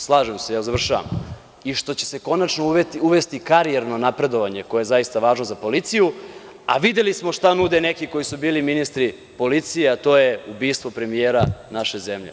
Slažem se, završavam. …i što će se konačno uvesti karijerno napredovanje, koje je zaista važno za policiju, a videli smo šta nude neki koji su bili ministri policije, a to je ubistvo premijera naše zemlje.